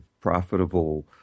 profitable